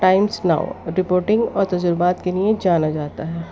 Times Now رپوٹنگ اور تجربات کے نیے جانا جاتا ہے